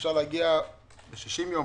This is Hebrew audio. אפשר להגיע ל-60 יום,